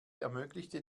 ermöglichte